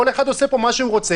כל אחד עושה פה משהו רוצה,